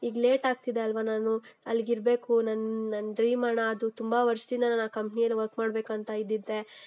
ಈಗ ಲೇಟ್ ಆಗ್ತಿದೆ ಅಲ್ವಾ ನಾನು ಅಲ್ಲಿಗಿರಬೇಕು ನನ್ನ ನನ್ನ ಡ್ರೀಮ್ ಅಣ್ಣ ಅದು ತುಂಬ ವರ್ಷದಿಂದ ನಾನು ಆ ಕಂಪ್ನಿಯಲ್ಲಿ ವರ್ಕ್ ಮಾಡಬೇಕಂತ ಇದ್ದಿದ್ದೆ